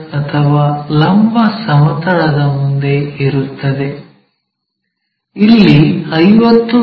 ಅಥವಾ ಲಂಬ ಸಮತಲದ ಮುಂದೆ ಇರುತ್ತದೆ ಇಲ್ಲಿ 50 ಮಿ